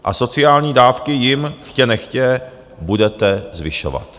A sociální dávky jim chtě nechtě budete zvyšovat.